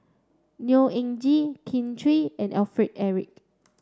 Neo Anngee Kin Chui and Alfred Eric